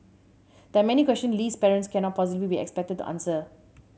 there are many questions Lee's parents cannot possibly be expected to answer